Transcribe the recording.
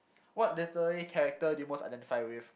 what literary character do you most identify with